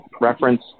reference